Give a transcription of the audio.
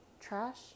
trash